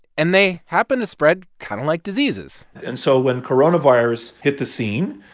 and they happen to spread kind of like diseases and so when coronavirus hit the scene,